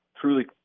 truly